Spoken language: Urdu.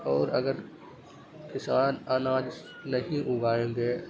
اور اگر کسان اناج نہیں اگائیں گے